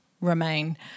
remain